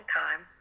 time